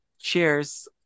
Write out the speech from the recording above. Cheers